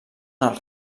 els